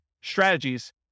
strategies